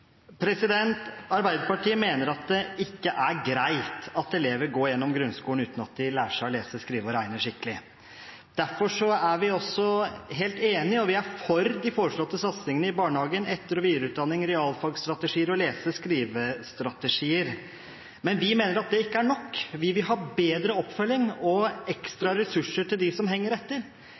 Arbeiderpartiet mener at det ikke er greit at elever går gjennom grunnskolen uten at de lærer seg å lese, skrive og regne skikkelig. Derfor er vi helt enig. Vi er for de foreslåtte satsingene på barnehage, etter- og videreutdanning, realfagstrategier og lese- og skrivestrategier. Men vi mener at det ikke er nok. Vi vil ha bedre oppfølging og ekstra ressurser til dem som henger etter.